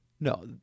No